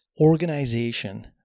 organization